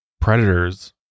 predators